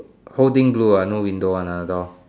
whole thing blue ah no window one ah the door